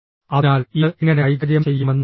അതിനാൽ ഇത് എങ്ങനെ കൈകാര്യം ചെയ്യാമെന്ന് നോക്കാം